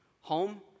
home